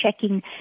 checking